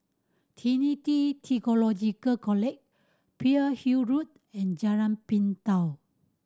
Trinity Theological College Pearl's Hill Road and Jalan Pintau